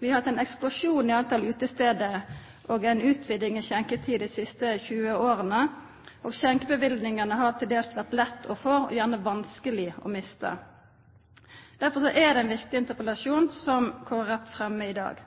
Vi har hatt ein eksplosjon i talet på utestader og ei utviding i skjenketider dei siste 20 åra, og skjenkeløyva har til dels vore lette å få og gjerne vanskelege å mista. Derfor er det ein viktig interpellasjon som Kristeleg Folkeparti fremjar i dag.